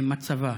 במצבה.